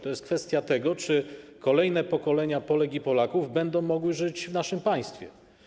To jest kwestia tego, czy kolejne pokolenia Polek i Polaków będą mogły żyć w naszym państwie.